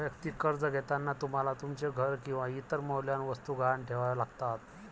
वैयक्तिक कर्ज घेताना तुम्हाला तुमचे घर किंवा इतर मौल्यवान वस्तू गहाण ठेवाव्या लागतात